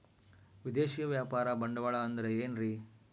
ವಿದೇಶಿಯ ವ್ಯಾಪಾರ ಬಂಡವಾಳ ಅಂದರೆ ಏನ್ರಿ?